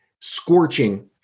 scorching